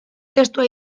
testua